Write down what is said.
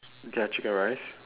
their chicken rice